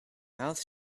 mouth